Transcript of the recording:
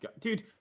Dude